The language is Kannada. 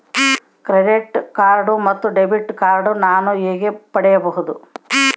ಕ್ರೆಡಿಟ್ ಕಾರ್ಡ್ ಮತ್ತು ಡೆಬಿಟ್ ಕಾರ್ಡ್ ನಾನು ಹೇಗೆ ಪಡೆಯಬಹುದು?